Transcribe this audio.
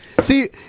See